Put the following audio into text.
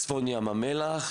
צפון ים המלח,